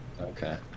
Okay